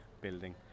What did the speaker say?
building